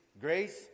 grace